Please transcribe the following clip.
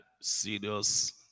serious